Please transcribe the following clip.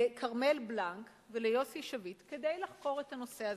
לכרמל בלנק וליוסי שביט כדי לחקור את הנושא הזה.